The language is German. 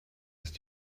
ist